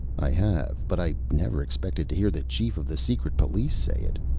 i have. but i never expected to hear the chief of the secret police say it.